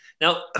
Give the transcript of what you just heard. Now